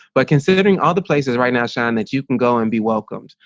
but considering all the places right now, shawn, that you can go and be welcomed,